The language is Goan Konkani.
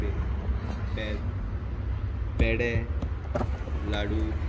पे पे पेडे लाडू